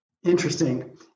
Interesting